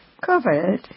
covered